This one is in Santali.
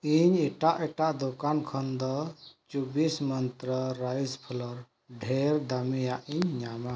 ᱤᱧ ᱮᱴᱟᱜ ᱮᱴᱟᱜ ᱫᱳᱠᱟᱱ ᱠᱷᱚᱱᱫᱚ ᱪᱚᱵᱵᱤᱥ ᱢᱟᱱᱛᱨᱚ ᱨᱟᱭᱤᱥ ᱯᱷᱞᱟᱣᱟᱨ ᱰᱷᱮᱨ ᱫᱟᱢᱤᱭᱟᱜ ᱤᱧ ᱧᱟᱢᱟ